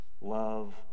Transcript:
love